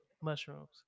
mushrooms